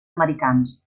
americans